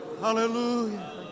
Hallelujah